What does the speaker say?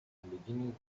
beginning